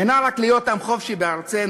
אינה רק להיות עם חופשי בארצנו,